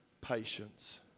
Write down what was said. patience